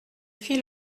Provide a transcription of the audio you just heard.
fit